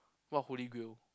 what holy grail